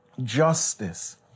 justice